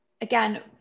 Again